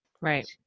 Right